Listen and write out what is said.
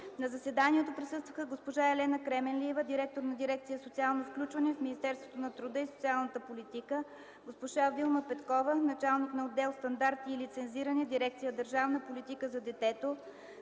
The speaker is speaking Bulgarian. На заседанието присъстваха: госпожа Елена Кременлиева – директор на дирекция „Социално включване” в Министерство на труда и социалната политика; госпожа Вилма Петкова – началник отдел „Стандарти и лицензиране”, дирекция „Държавна политика за закрила